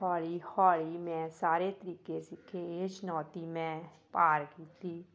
ਹੌਲੀ ਹੌਲੀ ਮੈਂ ਸਾਰੇ ਤਰੀਕੇ ਸਿੱਖੇ ਇਹ ਚੁਣੌਤੀ ਮੈਂ ਪਾਰ ਕੀਤੀ